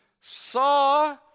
saw